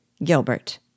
Gilbert